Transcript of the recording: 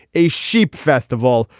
a sheep festival.